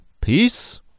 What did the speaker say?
Peace